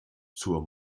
zur